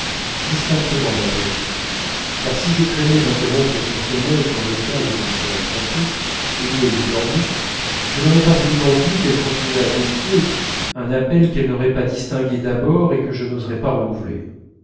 distinctement malgré tout car si je craignais d'interrompre son sommeil dans le cas où je me serais trompé et où elle eût dormi je n'aurais pas voulu non plus qu'elle continuât d'épier un appel qu'elle n'aurait pas distingué d'abord et que je n'oserais pas renouveler